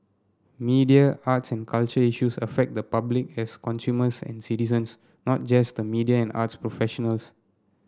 media arts and culture issues affect the public as consumers and citizens not just the media and arts professionals